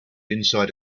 inside